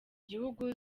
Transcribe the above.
gihugu